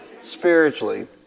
spiritually